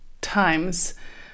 times